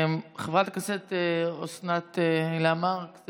חברת הכנסת אוסנת הילה מארק.